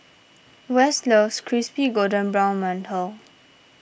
Wess loves Crispy Golden Brown Mantou